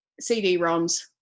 CD-ROMs